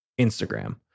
Instagram